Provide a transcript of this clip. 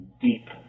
deep